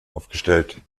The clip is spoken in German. aufgestellt